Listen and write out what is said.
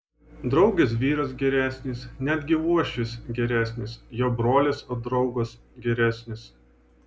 draugės vyras geresnis netgi uošvis geresnis jo brolis ar draugas geresnis